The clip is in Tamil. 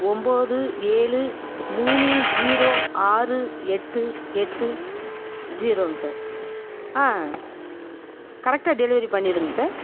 ஒம்பது ஏழு மூணு ஜீரோ ஆறு எட்டு எட்டு ஜீரோங் சார் ஆ கரெக்ட்டாக டெலிவெரி பண்ணிடுங் சார்